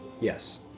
Yes